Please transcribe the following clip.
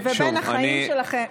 ובין החיים שלהם,